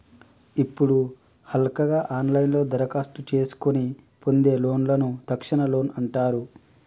ఇప్పుడు హల్కగా ఆన్లైన్లోనే దరఖాస్తు చేసుకొని పొందే లోన్లను తక్షణ లోన్ అంటారు